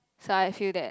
so I feel that